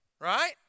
right